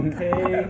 Okay